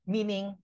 Meaning